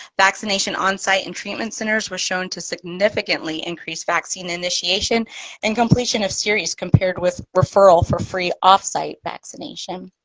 vaccination onsite and treatment centers were shown to significantly increase vaccine initiation and completion of series compared with referral for free offsite vaccination.